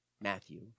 Matthew